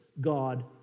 God